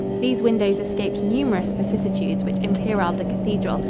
these windows escaped numerous vicissitudes which imperiled the cathedral,